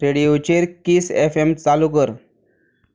रेडीयोचेर किस F M चालू कर